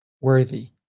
worthy